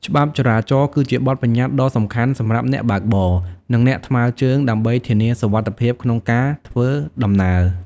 ច្បាប់ចរាចរណ៍គឺជាបទប្បញ្ញត្តិដ៏សំខាន់សម្រាប់អ្នកបើកបរ និងអ្នកថ្មើរជើងដើម្បីធានាសុវត្ថិភាពក្នុងការធ្វើដំណើរ។